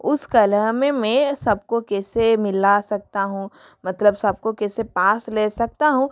उस कलह में मैं सब को कैसे मिला सकती हूँ मतलब सब को कैसे पास ला सकती हूँ